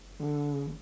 mm